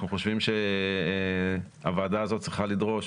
אנחנו חושבים שהוועדה הזו צריכה לדרוש